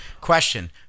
Question